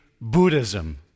Buddhism